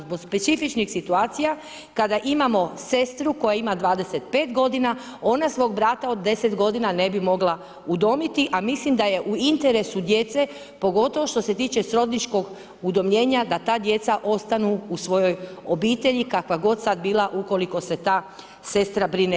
Zbog specifičnih situacija, kada imamo sestru koja ima 25 g. ona svog brata od 10 g. ne bi mogla udomiti, a mislim da je u interesu djece, pogotovo što se tiče srodničkog udomljenja da ta djeca ostanu u svojoj obitelji kakva god sad bila ukoliko se ta sestra brine.